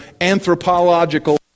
anthropological